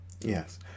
yes